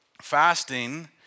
Fasting